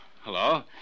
hello